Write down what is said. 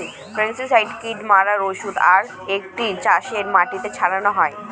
pesticide কীট মারার ঔষধ আর এটিকে চাষের মাটিতে ছড়ানো হয়